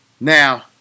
Now